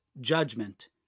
judgment